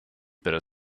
better